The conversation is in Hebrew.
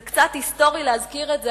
זה קצת היסטורי להזכיר את זה,